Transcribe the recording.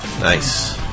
Nice